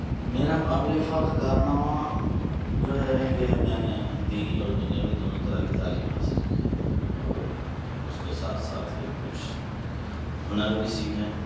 میرا قابل فخر کارنامہ جو ہے کہ میں نے دینی اور دنیاوی دونوں طرح کی تعلیم حاصل کی ہے اور اُس کے ساتھ ساتھ یہ کچھ ہُنر بھی سیکھا ہے